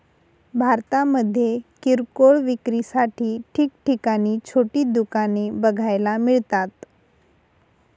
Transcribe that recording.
भारतामध्ये किरकोळ विक्रीसाठी ठिकठिकाणी छोटी दुकाने बघायला मिळतात